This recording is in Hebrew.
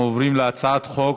אנחנו עוברים להצעת חוק